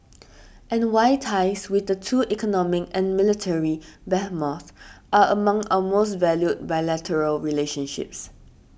and why ties with the two economic and military behemoths are among our most valued bilateral relationships